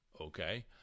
okay